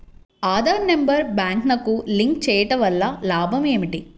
Aadhaar number బ్యాంక్నకు link చేయుటవల్ల లాభం ఏమిటి?